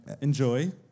Enjoy